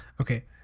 Okay